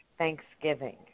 Thanksgiving